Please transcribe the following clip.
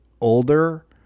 older